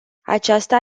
aceasta